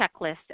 checklist